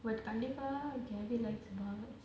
கண்டிப்பா kandippaa gaby likes bala